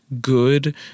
good